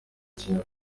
kenya